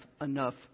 enough